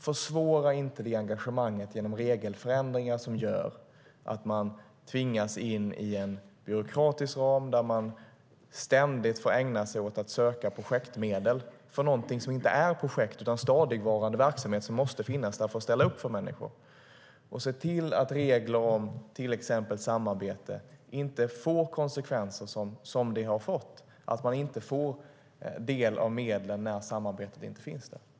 Försvåra inte det engagemanget genom regelförändringar som gör att man tvingas in i en byråkratisk ram där man ständigt får ägna sig åt att söka projektmedel för någonting som inte är projekt utan stadigvarande verksamhet som måste finnas där för att ställa upp för människor! Se till att regler om till exempel samarbete inte får de konsekvenser som det har fått, det vill säga att man inte får del av medlen när samarbetet inte finns där.